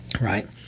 right